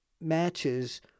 matches